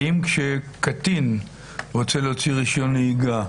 כשקטין רוצה להוציא רישיון נהיגה,